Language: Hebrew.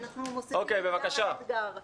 ואנחנו עוברים על כל אתגר ואתגר.